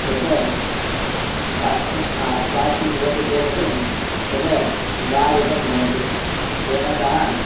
यत् स्वास्थ्यम् अस्वास्थ्यं भवति चेदपि तद् निवारितं भवति तेन सह